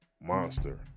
Monster